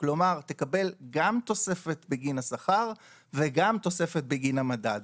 כלומר תקבל גם תוספת בגין השכר וגם תוספת בגין המדד.